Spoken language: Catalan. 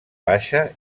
baixa